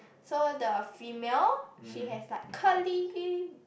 so the female she has like curly